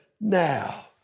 now